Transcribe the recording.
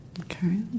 Okay